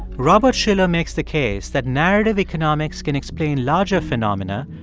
robert shiller makes the case that narrative economics can explain larger phenomena,